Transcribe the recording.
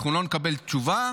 אנחנו לא נקבל תשובה.